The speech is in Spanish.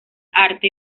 arte